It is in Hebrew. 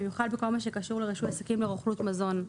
במיוחד בכל הקשור לרישוי עסקים לרוכלות מזון.